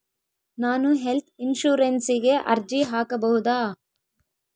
ನಾನು ಹೆಲ್ತ್ ಇನ್ಶೂರೆನ್ಸಿಗೆ ಅರ್ಜಿ ಹಾಕಬಹುದಾ?